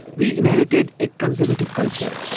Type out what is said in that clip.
we inherited a conservative culture,